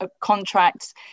contracts